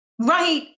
right